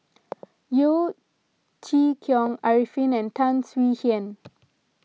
Yeo Chee Kiong Arifin and Tan Swie Hian